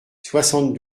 soixante